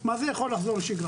שמה זה יוכלו לחזור לשגרה?